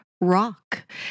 Rock